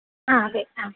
ആ അതെ ആ